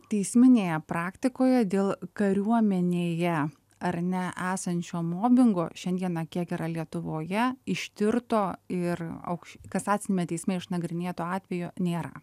teisminėje praktikoje dėl kariuomenėje ar ne esančio mobingo šiandieną kiek yra lietuvoje ištirto ir aukš kasaciniame teisme išnagrinėto atvejo nėra